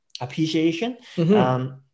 appreciation